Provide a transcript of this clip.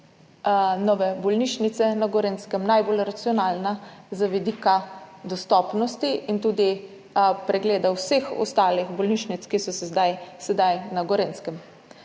nove bolnišnice na Gorenjskem najbolj racionalna z vidika dostopnosti in tudi pregleda vseh ostalih bolnišnic, ki so sedaj na Gorenjskem.